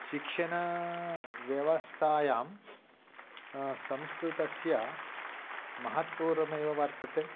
शिक्षणव्यवस्थायां संस्कृतस्य महत्पूर्वमेव वर्तते